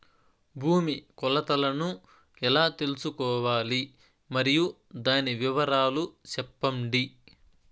భూమి కొలతలను ఎలా తెల్సుకోవాలి? మరియు దాని వివరాలు సెప్పండి?